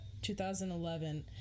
2011